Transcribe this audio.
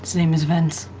name is vence.